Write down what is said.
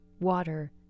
water